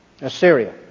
Assyria